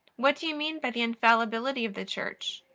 what do you mean by the infallibility of the church?